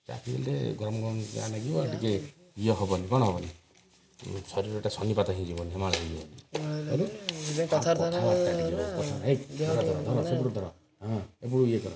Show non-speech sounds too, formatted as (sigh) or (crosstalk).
ଚା' ପିଇଲେ ଗରମ ଗରମ ଚାହା ଲାଗିବ ଟିକେ ଇଏ ହବ କ'ଣ ହବନି ଶରୀରଟା ସନ୍ନିପାତ ହେଇଯିବନି (unintelligible)